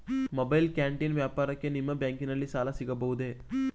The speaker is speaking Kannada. ಮೊಬೈಲ್ ಕ್ಯಾಂಟೀನ್ ವ್ಯಾಪಾರಕ್ಕೆ ನಿಮ್ಮ ಬ್ಯಾಂಕಿನಲ್ಲಿ ಸಾಲ ಸಿಗಬಹುದೇ?